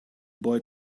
boy